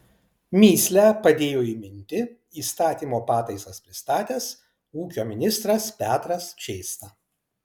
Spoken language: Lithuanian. mįslę padėjo įminti įstatymo pataisas pristatęs ūkio ministras petras čėsna